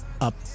up